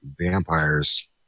vampires